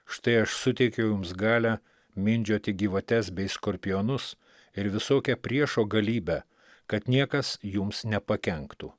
štai aš suteikiu jums galią mindžioti gyvates bei skorpionus ir visokią priešo galybę kad niekas jums nepakenktų